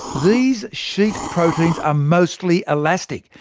these sheet proteins are mostly elastic.